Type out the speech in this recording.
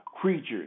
creatures